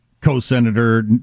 co-Senator